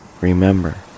remember